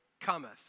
cometh